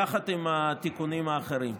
יחד עם התיקונים האחרים.